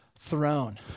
Throne